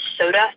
soda